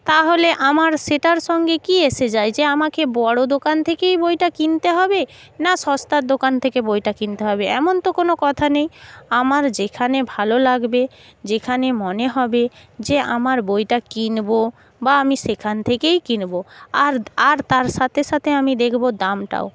তাহলে আমার সেটার সঙ্গে কী এসে যায় যে আমাকে বড়ো দোকান থেকেই বইটা কিনতে হবে না সস্তার দোকান থেকে বইটা কিনতে হবে এমন তো কোনো কথা নেই আমার যেখানে ভালো লাগবে যেখানে মনে হবে যে আমার বইটা কিনবো বা আমি সেখান থেকেই কিনবো আর আর তার সাথে সাথে আমি দেখবো দামটাও